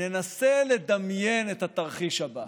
וננסה לדמיין את התרחיש הבא.